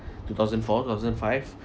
two thousand four two thousand five